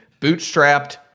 bootstrapped